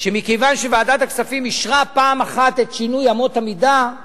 שמכיוון שוועדת הכספים אישרה פעם אחת את שינוי אמות המידה,